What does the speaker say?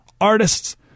artists